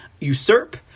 usurp